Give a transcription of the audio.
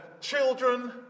children